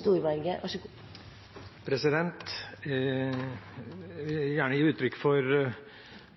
vil gjerne gi uttrykk for